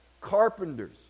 carpenters